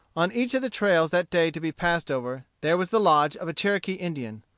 on each of the trails that day to be passed over, there was the lodge of a cherokee indian.